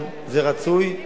זה רצוי,